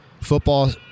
football